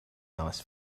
nice